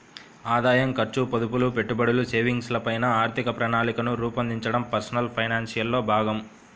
ఆదాయం, ఖర్చు, పొదుపులు, పెట్టుబడి, సేవింగ్స్ ల పైన ఆర్థిక ప్రణాళికను రూపొందించడం పర్సనల్ ఫైనాన్స్ లో భాగం